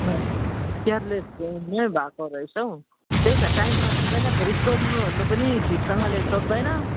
careless नै भएको रहेछ हौ त्यही त टाइममा आउँदैन फेरि सोध्नु ओर्नु पनि ठिकसँगले सोध्दैन